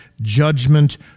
judgment